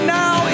now